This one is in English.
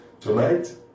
Tonight